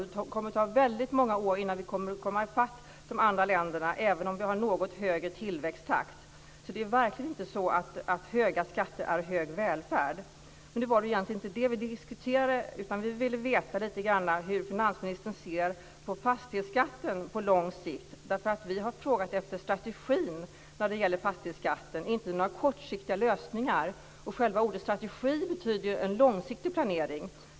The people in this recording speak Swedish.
Det kommer att ta väldigt många år innan vi kommer att komma i fatt de andra länderna även om vi har en något högre tillväxttakt. Det är verkligen inte så att höga skatter är hög välfärd. Nu var det egentligen inte det vi diskuterade. Vi ville veta lite grann om hur finansministern ser på fastighetsskatten på lång sikt. Vi har frågat efter strategin när det gäller fastighetsskatten - inte efter kortsiktiga lösningar. Själva ordet strategi betyder långsiktig planering.